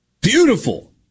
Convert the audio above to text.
Beautiful